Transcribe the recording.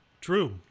True